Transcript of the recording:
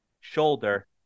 shoulder